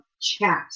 chat